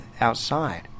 outside